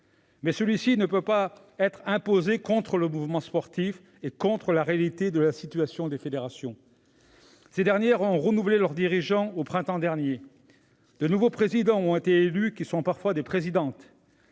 mais celui-ci ne peut être imposé contre le mouvement sportif, en faisant fi de la réalité de la situation des fédérations. Ces dernières ont renouvelé leurs dirigeants au printemps dernier. De nouveaux présidents ont été élus, qui sont parfois des présidentes.